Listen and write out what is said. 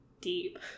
deep